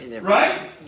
Right